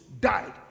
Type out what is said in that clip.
died